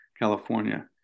California